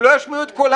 הם לא ישמיעו את קולם,